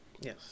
Yes